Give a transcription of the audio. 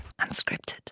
Unscripted